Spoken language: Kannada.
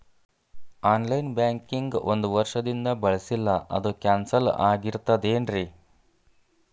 ಆನ್ ಲೈನ್ ಬ್ಯಾಂಕಿಂಗ್ ಒಂದ್ ವರ್ಷದಿಂದ ಬಳಸಿಲ್ಲ ಅದು ಕ್ಯಾನ್ಸಲ್ ಆಗಿರ್ತದೇನ್ರಿ?